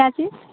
کیا جی